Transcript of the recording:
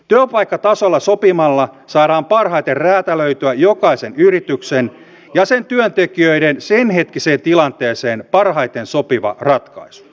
työpaikkatasolla sopimalla saadaan parhaiten räätälöityä jokaisen yrityksen ja sen työntekijöiden sen hetkiseen tilanteeseen parhaiten sopiva ratkaisu